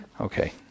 Okay